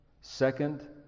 Second